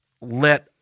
let